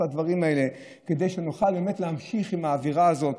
הדברים האלה כדי שנוכל באמת להמשיך עם האווירה הזאת,